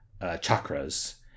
chakras